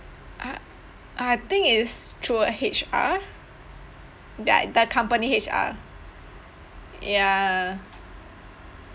I I think it's through H_R their the company H_R ya